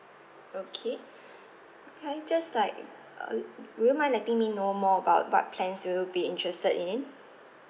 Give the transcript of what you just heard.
okay I just like uh would you mind letting me know more about what plans do you be interested in